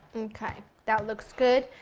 okay! that looks good.